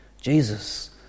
Jesus